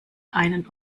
einen